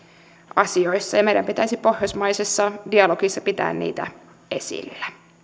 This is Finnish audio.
asioissa ja meidän pitäisi pohjoismaisessa dialogissa pitää niitä esillä